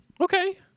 Okay